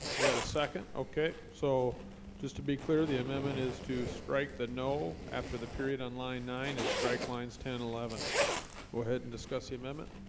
we got a second, okay so just to be clear the amendment is to strike the no after the period on line nine and strike lines ten eleven go ahead and discuss the amendment